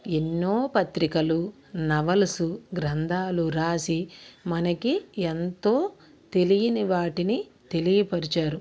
ఎన్నో పత్రికలు నవల్స్ గ్రంథాలు వ్రాసి మనకి ఎంతో తెలియని వాటిని తెలియపరిచారు